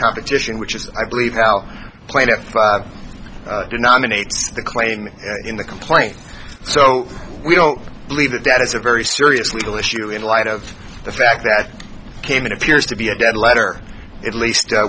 competition which is i believe al played at five denominate the claim in the complaint so we don't believe that that is a very serious legal issue in light of the fact that came in appears to be a dead letter at least